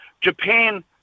Japan